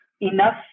Enough